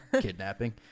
kidnapping